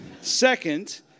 second